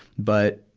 but,